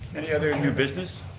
any other new business?